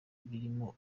birimo